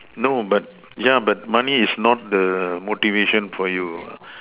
no but yeah but money is not the motivation for you